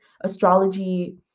astrology